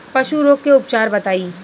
पशु रोग के उपचार बताई?